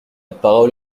parole